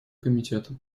комитета